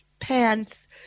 Pants